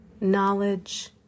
knowledge